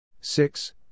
six